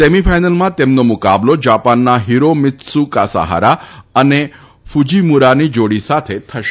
સેમિફાઈનલમાં તેમનો મુકાબલો જાપાનના હીરો મિત્સુ કાસાહારા અને કુજીમુરાની જોડી સાથે થશે